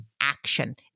action